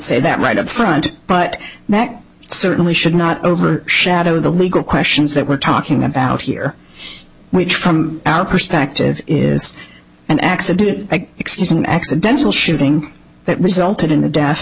say that right up front but that certainly should not over shadow the legal questions that we're talking about here which from our perspective is an accident excuse an accidental shooting that resulted in